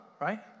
right